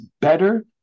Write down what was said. better